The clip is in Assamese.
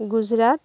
গুজৰাট